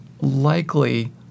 likely